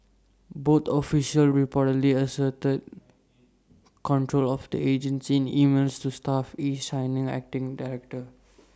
both officials reportedly asserted control of the agency in emails to staff each signing as acting director